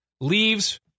leaves